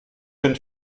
jeune